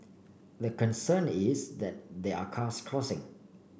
the concern is that there are cars crossing